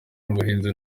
n’ubuhinzi